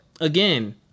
again